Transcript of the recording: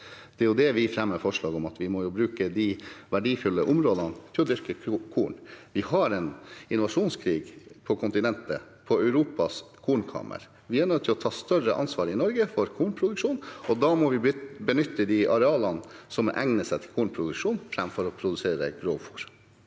Det vi fremmer forslag om, er at vi må bruke de verdifulle områdene til å dyrke korn. Vi har en invasjonskrig på kontinentet, i Europas kornkammer. Vi er nødt til å ta større ansvar for kornproduksjonen i Norge, og da må vi benytte de arealene som egner seg til kornproduksjon, framfor å produsere rent grovfôr.